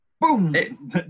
boom